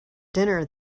dinner